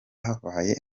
habaye